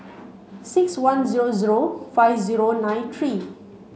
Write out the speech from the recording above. six one zero zero five zero nine three